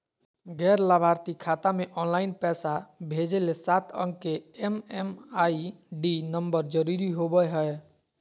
गैर लाभार्थी खाता मे ऑनलाइन पैसा भेजे ले सात अंक के एम.एम.आई.डी नम्बर जरूरी होबय हय